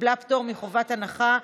קיבלה פטור מחובת הנחה.